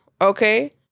okay